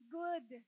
good